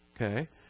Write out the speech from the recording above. Okay